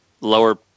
lower